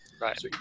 Right